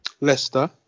Leicester